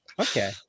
Okay